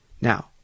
Now